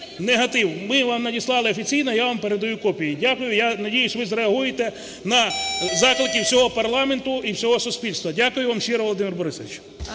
негатив. Ми вам надіслали офіційно, я вам передаю копії. Дякую. Я надіюсь, ви зреагуєте на заклики всього парламенту і всього суспільства! Дякую вам щиро, Володимир Борисович.